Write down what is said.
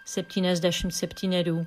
eptyniasdešim spetynerių